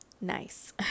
nice